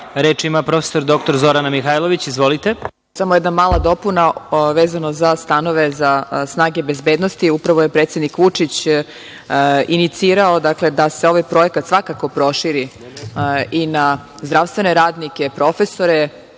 Izvolite. **Zorana Mihajlović** Samo jedna mala dopuna vezano za stanove za snage bezbednosti. Upravo je predsednik Vučić inicirao da se ovaj projekat svakako proširi i na zdravstvene radnike, profesore.